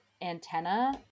Antenna